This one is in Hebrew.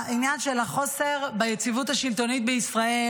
העניין של חוסר ביציבות השלטונית בישראל